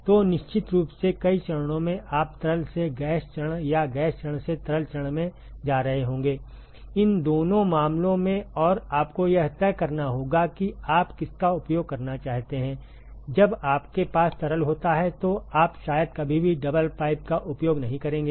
तो निश्चित रूप से कई चरणों में आप तरल से गैस चरण या गैस चरण से तरल चरण में जा रहे होंगे इन दोनों मामलों में और आपको यह तय करना होगा कि आप किसका उपयोग करना चाहते हैं जब आपके पास तरल होता है तो आप शायद कभी भी डबल पाइप का उपयोग नहीं करेंगे